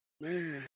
man